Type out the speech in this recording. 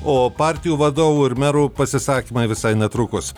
o partijų vadovų ir merų pasisakymai visai netrukus